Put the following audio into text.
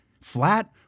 flat